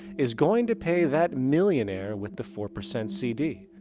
is going to pay that millionaire with the four percent cd.